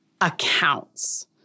accounts